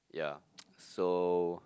yeah so